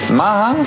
ma